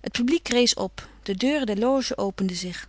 het publiek rees op de deuren der loges openden zich